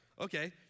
Okay